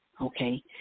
Okay